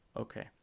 Okay